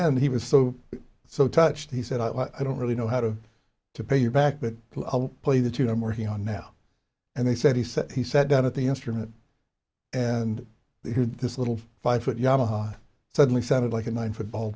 end he was so so touched he said i don't really know how to to pay you back but play the tune i'm working on now and they said he said he sat down at the instrument and this little five foot yamaha suddenly sounded like a nine foot ball